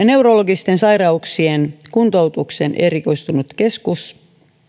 neurologisten sairauksien kuntoutukseen erikoistunut keskus